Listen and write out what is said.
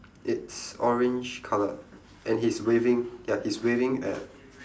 it's orange colour and he's waving ya he's waving at